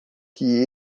que